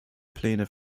pläne